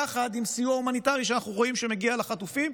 יחד עם סיוע הומניטרי שאנחנו רואים שמגיע לחטופים,